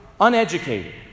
uneducated